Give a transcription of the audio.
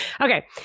Okay